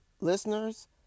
listeners